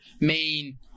main